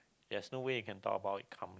there's no way you can talk about it calm